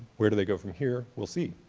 where do they go from here? we'll see.